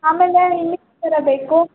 ಆಮೇಲೆ ಇನ್ನೇನೆಲ್ಲ ಬೇಕು